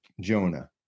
Jonah